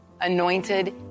anointed